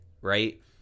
right